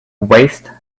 waste